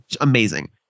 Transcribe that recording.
amazing